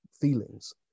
feelings